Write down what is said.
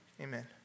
amen